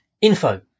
info